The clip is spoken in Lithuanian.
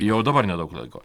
jau dabar nedaug laiko